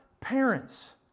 Parents